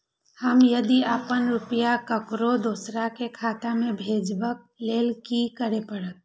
हम यदि अपन रुपया ककरो दोसर के खाता में भेजबाक लेल कि करै परत?